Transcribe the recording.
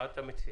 מה אתה מציע?